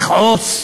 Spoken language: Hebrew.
לכעוס,